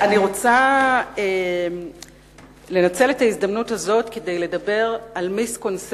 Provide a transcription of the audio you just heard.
ועוד אני רוצה לדבר בהזדמנות זאת על מיסקונספציה